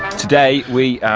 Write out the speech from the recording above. today we